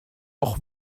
auch